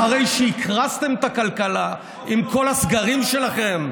אחרי שהקרסתם את הכלכלה עם כל הסגרים שלכם.